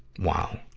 wow.